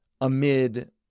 amid